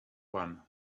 one